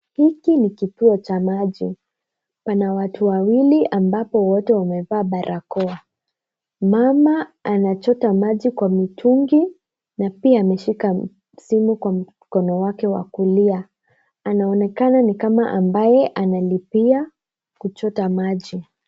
Hiki ni kituo cha maji pana watu wawili ambapo wote wamevaa barakoa. Mama anachota maji kwa mitungi na pia ameshika simu kwa mkono wake wa kulia, anaonekana ni kama ambaye analipia kuchota maji.